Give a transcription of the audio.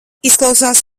izklausās